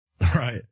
Right